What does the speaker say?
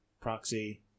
proxy